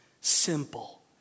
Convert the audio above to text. simple